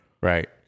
Right